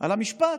על המשפט,